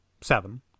seven